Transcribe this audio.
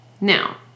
now